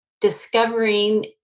discovering